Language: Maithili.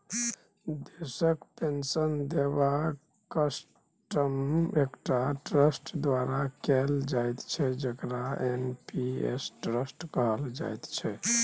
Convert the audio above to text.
देशक पेंशन देबाक सिस्टम एकटा ट्रस्ट द्वारा कैल जाइत छै जकरा एन.पी.एस ट्रस्ट कहल जाइत छै